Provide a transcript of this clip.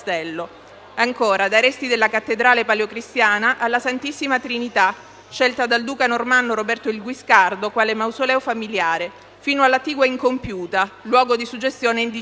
Ancora: dai resti della cattedrale paleocristiana alla Santissima Trinità, scelta dal duca normanno Roberto il Guiscardo quale mausoleo familiare, fino all'attigua Incompiuta, luogo di suggestione indicibile.